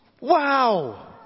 Wow